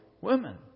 women